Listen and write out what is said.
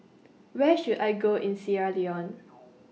Where should I Go in Sierra Leone